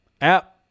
App